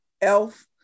Elf